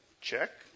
Check